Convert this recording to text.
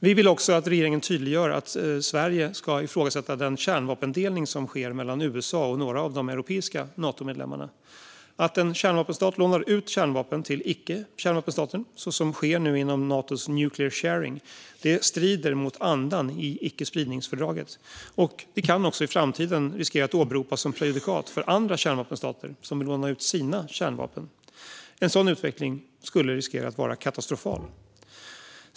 Vi vill också att regeringen tydliggör att Sverige ska ifrågasätta den kärnvapendelning som sker mellan USA och några av de europeiska Natomedlemmarna. Att en kärnvapenstat lånar ut kärnvapen till icke kärnvapenstater så som sker nu inom Natos nuclear sharing strider mot andan i icke-spridningsfördraget och kan i framtiden riskera att åberopas som prejudikat för andra kärnvapenstater som vill låna ut sina kärnvapen. En sådan utveckling skulle riskera att vara katastrofal.